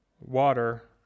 Water